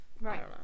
Right